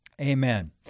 amen